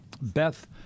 Beth